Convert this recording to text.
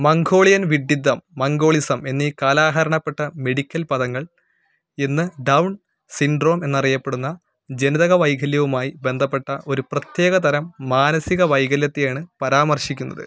Mongolian വിഡ്ഢിത്തം mongolism എന്നീ കാലഹരണപ്പെട്ട മെഡിക്കൽ പദങ്ങൾ ഇന്ന് ഡൗൺ സിൻഡ്രോം എന്നറിയപ്പെടുന്ന ജനിതക വൈകല്യവുമായി ബന്ധപ്പെട്ട ഒരു പ്രത്യേക തരം മാനസിക വൈകല്യത്തെയാണ് പരാമർശിക്കുന്നത്